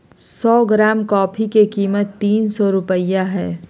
सो gram coffee के कीमत तीन सो रुपया हइ